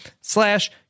slash